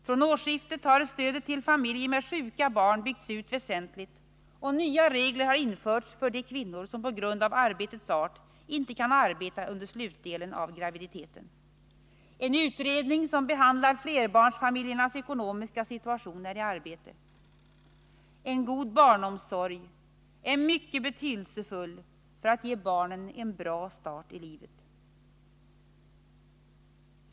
Från årsskiftet har stödet till familjer med sjuka barn byggts ut väsentligt, och nya regler har införts för de kvinnor som på grund av arbetets art inte kan arbeta under slutdelen av graviditeten. En utredning som behandlar flerbarnsfamiljernas ekonomiska situation är i arbete. En god barnomsorg är mycket betydelsefull för att ge barnen en bra start i livet.